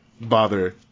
bother